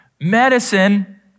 medicine